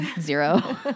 zero